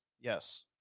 Yes